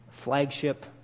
flagship